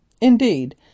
Indeed